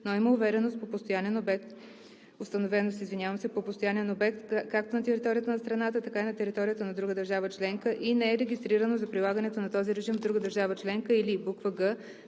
но има установеност по постоянен обект както на територията на страната, така и на територията на друга държава членка, и не е регистрирано за прилагането на този режим в друга държава членка, или г) не